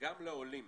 שגם לעולים